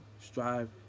strive